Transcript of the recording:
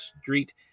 Street